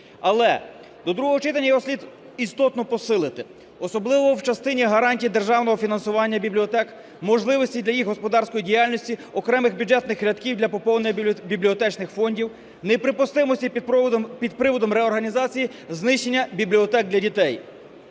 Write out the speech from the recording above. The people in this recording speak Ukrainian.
Але до другого читання його слід істотно посилити, особливо в частині гарантій державного фінансування бібліотек, можливості для їх господарської діяльності, окремих бюджетних рядків для поповнення бібліотечних фондів, неприпустимості під приводом реорганізації знищення бібліотек для дітей.